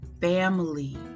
family